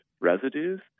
residues